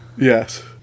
Yes